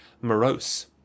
morose